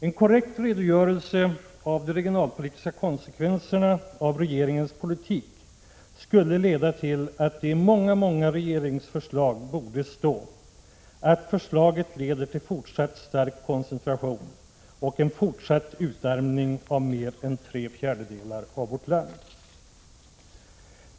En korrekt redogörelse för de regionalpolitiska konsekvenserna av regeringens politik skulle leda till att det i många, många regeringsförslag borde stå ”att förslaget leder till fortsatt stark koncentration och en fortsatt utarmning av mer än tre fjärdedelar av vårt land”.